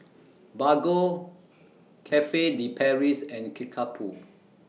Bargo Cafe De Paris and Kickapoo